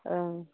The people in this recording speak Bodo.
ओं